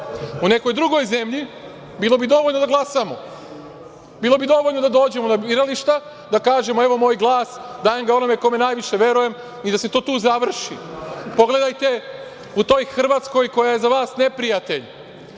U nekoj drugoj zemlji bilo bi dovoljno da glasamo, bilo bi dovoljno da dođemo na birališta, da kažemo – evo vam moj glas, dajem ga onome kome najviše verujem i da se to tu završi. Pogledajte u toj Hrvatskoj, koja je za vas neprijatelj,